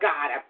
God